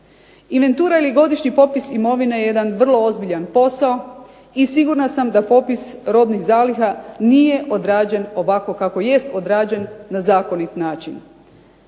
Inventura ili godišnji popis imovine je jedan vrlo ozbiljan posao i sigurna sam da popis robnih zaliha nije odrađen ovako kako jest odrađen, na zakonit način.